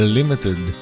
Limited